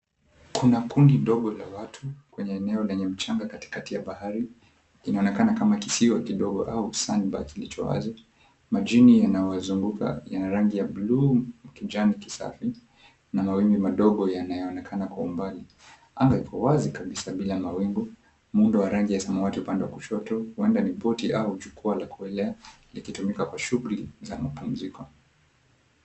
Kuna kundi ndogo la watu kwenye eneo lenye mchanga katikati ya bahari. Inaonekana kama kisiwa kidogo au samba kilicho wazi majini yanayozunguka yana rangi ya bluu, kijani kisafi na mawimbi madogo yanayonekana kwa umbali. Anga iko wazi kabisa bila mawingu, muundo wa rangi ya samawati upande wa kushoto huenda ni poti au jukwaa lakuelea likitumika kwa shughuli za mapumziko.